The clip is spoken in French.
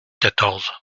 quatorze